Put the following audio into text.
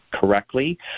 correctly